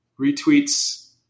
retweets